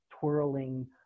twirling